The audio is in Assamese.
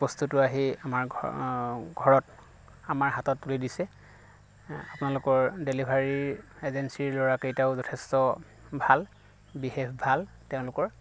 বস্তুটো আহি আমাৰ ঘ ঘৰত আমাৰ হাতত তুলি দিছে আপোনালোকৰ ডেলীভাৰিৰ এজেঞ্চিৰ ল'ৰাকেইটাও যথেষ্ট ভাল বিহেভ ভাল তেওঁলোকৰ